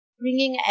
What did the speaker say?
bringing